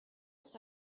heure